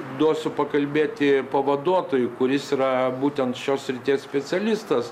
duosiu pakalbėti pavaduotojui kuris yra būtent šios srities specialistas